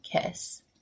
kiss